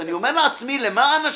אני אומר לעצמי: למען השם,